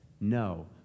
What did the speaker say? no